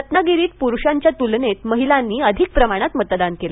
रत्नागिरीत पुरुषांच्या तुलनेत महिलांनी अधिक प्रमाणात मतदान केलं